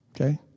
okay